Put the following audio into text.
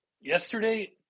yesterday